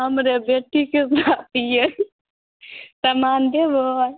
हमरे बेटी के विवाह छियै समान देबै